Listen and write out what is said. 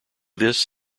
this